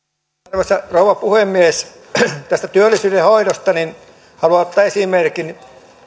arvoisa rouva puhemies tästä työllisyyden hoidosta haluan ottaa esimerkin